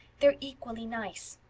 they're equally nice.